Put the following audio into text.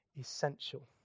essential